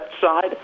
side